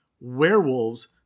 werewolves